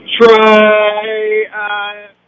try